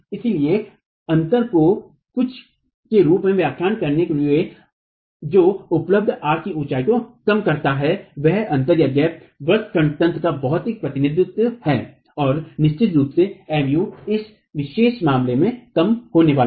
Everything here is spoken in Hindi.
इसलिए अंतर को कुछ के रूप में व्याख्या करने के लिए जो उपलब्ध आर्क की ऊंचाई को कम करता है वह अंतरगैप्ड व्रत खंड तंत्र का भौतिक प्रतिनिधित्व है और निश्चित रूप से Mu इस विशेष मामले में कम होने वाला है